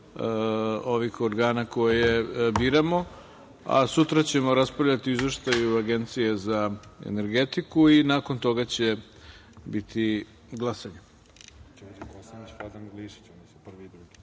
ovih organa koje biramo. Sutra ćemo raspravljati o Izveštaju Agencije za energetiku i nakon toga će biti glasanje. Da